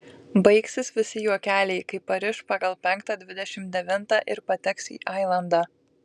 baigsis visi juokeliai kai pariš pagal penktą dvidešimt devintą ir pateks į ailandą